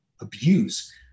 abuse